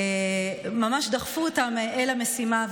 ממש דחפו אותם אל המשימה,